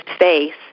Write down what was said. face